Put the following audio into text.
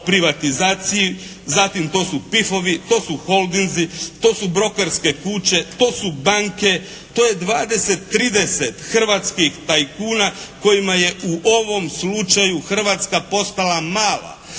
privatizaciji, zatim to su PIF-ovi, to su holdinzi, to su brokerske kuće, to su banke, to je 20, 30 hrvatskih tajkuna kojima je u ovom slučaju Hrvatska postala mala.